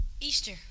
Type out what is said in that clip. Easter